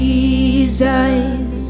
Jesus